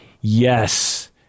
yes